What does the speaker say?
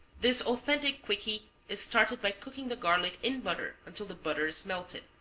this authentic quickie is started by cooking the garlic in butter until the butter is melted.